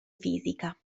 fisica